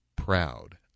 Proud